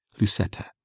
lucetta